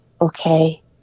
okay